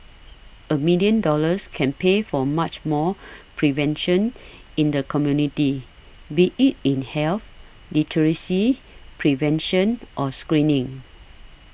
a million dollars can pay for much more prevention in the community be it in health literacy prevention or screening